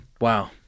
wow